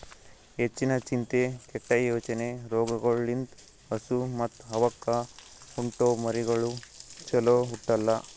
ಹೆಚ್ಚಿನ ಚಿಂತೆ, ಕೆಟ್ಟ ಯೋಚನೆ ರೋಗಗೊಳ್ ಲಿಂತ್ ಹಸು ಮತ್ತ್ ಅವಕ್ಕ ಹುಟ್ಟೊ ಮರಿಗಳು ಚೊಲೋ ಹುಟ್ಟಲ್ಲ